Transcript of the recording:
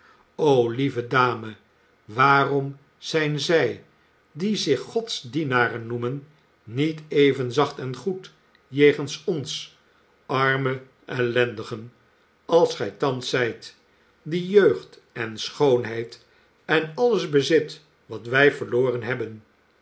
o lieve dame waarom zijn zij die zich gods dienaren noemen niet even zacht en goed jegens ons arme ellendigen als gij thans zijt die jeugd en schoonheid en alles bezit wat wij verloren hebben